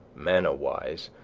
manna-wise,